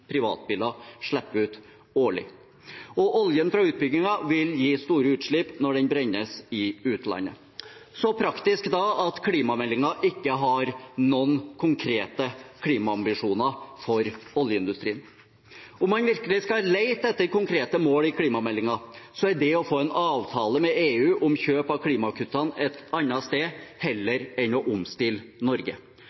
privatbiler slipper ut årlig. Oljen fra utbyggingen vil gi store utslipp når den brennes i utlandet. Så praktisk, da, at klimameldingen ikke har noen konkrete klimaambisjoner for oljeindustrien. Om man virkelig skal lete etter konkrete mål i klimameldingen, er det å få en avtale med EU om kjøp av klimakuttene et annet sted